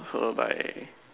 followed by